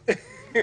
אותה.